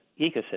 ecosystem